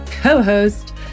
co-host